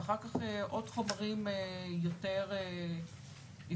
ואחר כך עוד חומרים יותר אזוטריים,